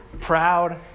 proud